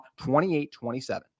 28-27